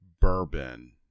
bourbon